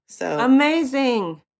Amazing